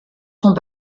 sont